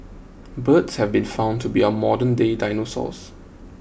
birds have been found to be our modernday dinosaurs